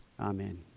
Amen